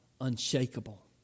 unshakable